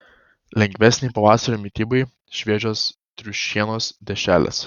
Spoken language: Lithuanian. lengvesnei pavasario mitybai šviežios triušienos dešrelės